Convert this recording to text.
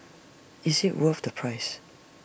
is IT worth the price